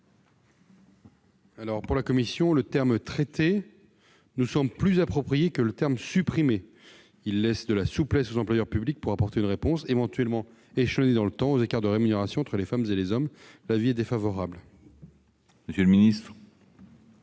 l'avis de la commission ? Le terme « traiter » me semble plus approprié que le terme « supprimer ». Il laisse de la souplesse aux employeurs publics pour apporter une réponse, éventuellement échelonnée dans le temps, aux écarts de rémunération entre les femmes et les hommes. La commission émet donc un avis